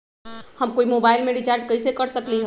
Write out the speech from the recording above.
हम कोई मोबाईल में रिचार्ज कईसे कर सकली ह?